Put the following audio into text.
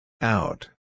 Out